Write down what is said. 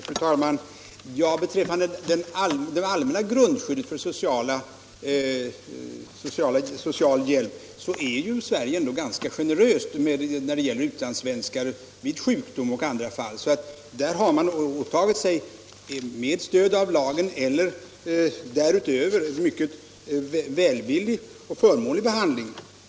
Fru talman! När det gäller det allmänna grundskyddet, vid sjukdom och i andra fall, är man i Sverige ändå ganska generös mot utlandssvenskar. Med stöd av lagen — och t.o.m. utöver gällande bestämmelser - är man mycket välvillig och generös i sin behandling av utlandssvenskar.